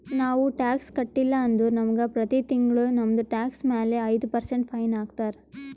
ನಾವು ಟ್ಯಾಕ್ಸ್ ಕಟ್ಟಿಲ್ಲ ಅಂದುರ್ ನಮುಗ ಪ್ರತಿ ತಿಂಗುಳ ನಮ್ದು ಟ್ಯಾಕ್ಸ್ ಮ್ಯಾಲ ಐಯ್ದ ಪರ್ಸೆಂಟ್ ಫೈನ್ ಹಾಕ್ತಾರ್